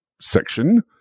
section